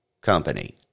company